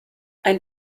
ein